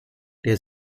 der